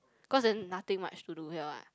cause there's nothing much to do here [what]